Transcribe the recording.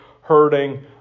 hurting